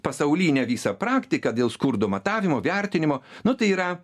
pasaulinę visą praktiką dėl skurdo matavimo vertinimo nu tai yra